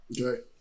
okay